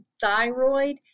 thyroid